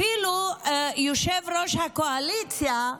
אפילו יושב-ראש הקואליציה,